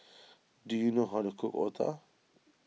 do you know how to cook Otah